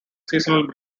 seasonal